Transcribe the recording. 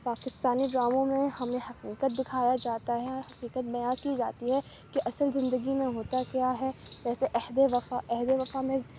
پاکستانی ڈراموں میں ہمیں حقیقت دکھایا جاتا ہے حقیقت بیاں کی جاتی ہے کہ اصل زندگی میں ہوتا کیا ہے جیسے عہد وفا عہد وفا میں